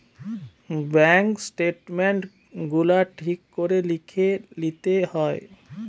bank statement গুলা ঠিক করে লিখে লিতে হয়